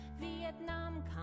Vietnam